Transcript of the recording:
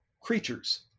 creatures